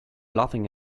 laughing